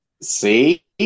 see